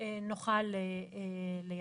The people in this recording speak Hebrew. נוכל לייצג.